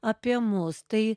apie mus tai